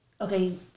Okay